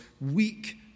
weak